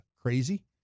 crazy